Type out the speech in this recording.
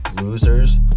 Losers